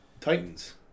Titans